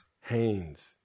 Haynes